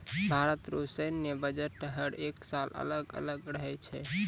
भारत रो सैन्य बजट हर एक साल अलग अलग रहै छै